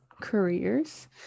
careers